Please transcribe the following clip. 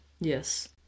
yes